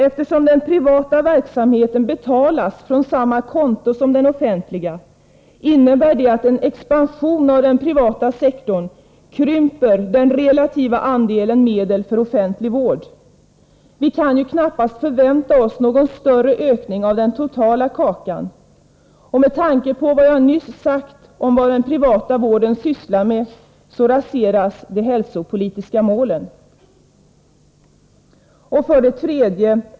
Eftersom den privata verksamheten betalas från samma konto som den offentliga, innebär det att en expansion av den privata sektorn krymper den relativa andelen medel för offentlig vård. Vi kan ju knappast förvänta oss någon större ökning av den totala kakan. Med tanke på vad jag nyss sagt om vad den privata vården sysslar med, raseras de hälsopolitiska målen. 3.